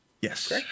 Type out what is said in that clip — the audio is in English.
Yes